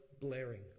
blaring